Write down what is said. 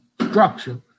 structure